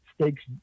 stakes